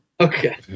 Okay